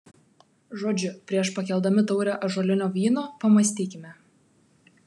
žodžiu prieš pakeldami taurę ąžuolinio vyno pamąstykime